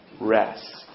Rest